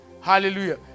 Hallelujah